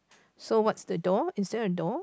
so what's the door is there a door